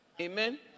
Amen